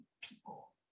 people